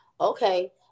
Okay